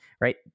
right